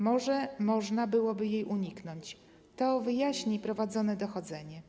Może można byłoby jej uniknąć - to wyjaśni prowadzone dochodzenie.